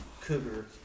cougar